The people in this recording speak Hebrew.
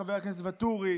חבר הכנסת ואטורי,